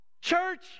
Church